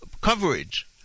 coverage